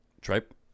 Tripe